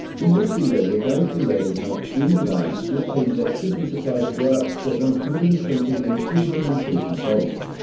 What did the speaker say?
in this video we're going to be learning how three wire split phase electricity supplies work to get one hundred and twenty and two hundred and forty volts.